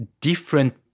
different